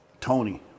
tony